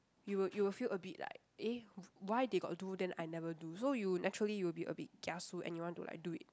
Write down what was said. you will you will feel a bit like eh why they got do then I never do so you naturally you will a bit kiasu and you want to like do it